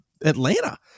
Atlanta